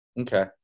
okay